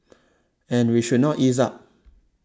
and we should not ease up